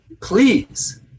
Please